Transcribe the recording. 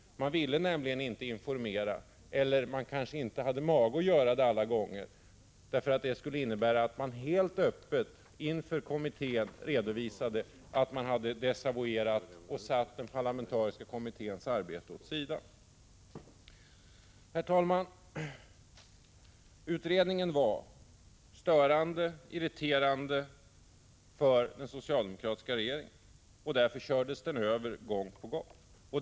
Man ville nämligen inte informera oss — eller man kanske inte alla gånger hade mage att göra det, eftersom det skulle innebära att man helt öppet inför kommittén redovisade att man hade desavouerat den parlamentariska kommittén och satt dess arbete åt sidan. Herr talman! Utredningen var störande och irriterande för den socialdemokratiska regeringen. Därför kördes den över gång på gång.